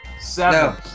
Seven